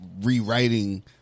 rewriting